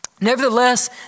Nevertheless